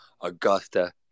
Augusta